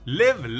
live